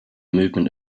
movement